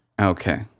Okay